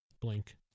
Blink